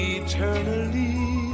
eternally